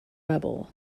rebel